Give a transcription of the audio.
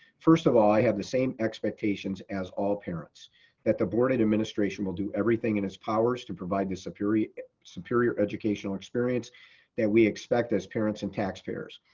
first of all, i have the same expectations as all parents that the board of administration will do everything in its powers to provide the superior superior educational experience that we expect as parents and taxpayers.